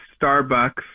starbucks